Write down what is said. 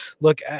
Look